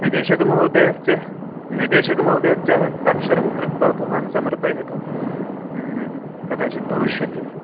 निदेशकमहोदयस्य निदेशकमहोदयस्य हस्ताक्षरं कृत्वा भवान् समर्पयतु कदाचित् भविष्यति